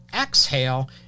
exhale